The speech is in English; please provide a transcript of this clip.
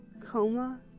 coma